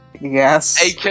Yes